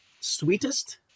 Sweetest